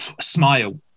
Smile